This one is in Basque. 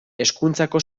hezkuntzako